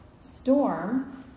Storm